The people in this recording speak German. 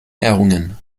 ehrungen